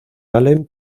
allen